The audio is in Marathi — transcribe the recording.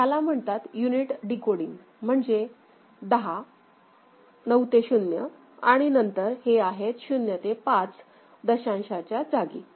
तर ह्याला म्हणतात युनिट डिकोडिंग म्हणजे 10 0 ते 9 आणि नंतर हे आहेत 0 ते 5 दशांश च्या जागी